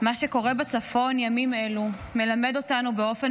מה שקורה בצפון בימים אלו מלמד אותנו באופן